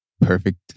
perfect